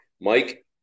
Mike